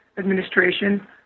Administration